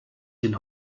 den